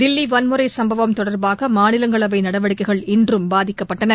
தில்லிவன்முறைசம்பவம் தொடர்பாகமாநிலங்களவைநடவடிக்கைகள் இன்றும் பாதிக்கப்பட்டன